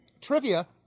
trivia